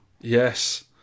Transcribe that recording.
Yes